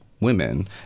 women